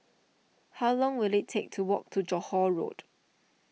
how long will it take to walk to Johore Road